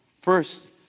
First